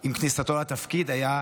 עם כניסתו לתפקיד היה: